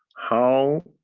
how